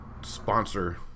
sponsor